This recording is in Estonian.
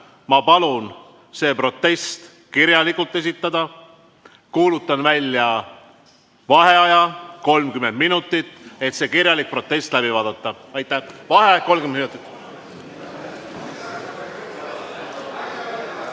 Ma palun see protest kirjalikult esitada. Kuulutan välja vaheaja 30 minutit, et see kirjalik protest läbi vaadata. Vaheaeg 30 minutit.V